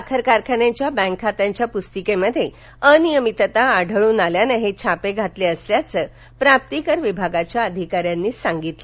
साखर कारखान्याच्या बँक खात्याच्या पुस्तिकेत अनियमितता आढळून आल्याने हे छापे घातले असल्याचं प्राप्तीकर विभागाच्या अधिकाऱ्यांनी सांगितलं